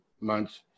months